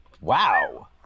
Wow